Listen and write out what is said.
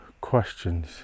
questions